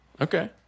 Okay